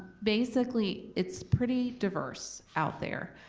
basically it's pretty diverse out there.